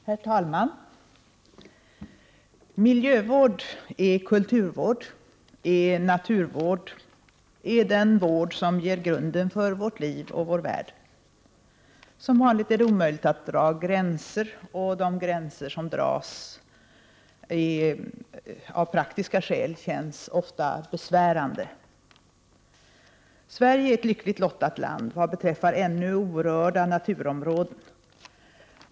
Herr talman! Miljövård är kulturvård, är naturvård, är den vård som ger grunden för vårt liv och vår värld. Som vanligt är det omöjligt att dra gränser, och de gränser som dras av praktiska skäl känns ofta besvärande. Sverige är ett lyckligt lottat land vad beträffar ännu orörda naturområden.